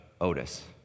Otis